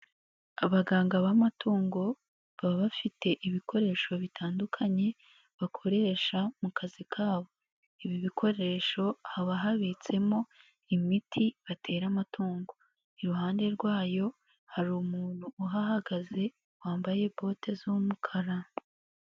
Abaganga b'amatungo baba bafite ibikoresho bitandukanye bakoresha mu kazi kabo, ibi bikoresho haba habitsemo imiti batera amatungo, iruhande rwayo hari umuntu uhahagaze wambaye bote z'umukara.